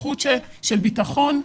זכות של ביטחון,